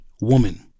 woman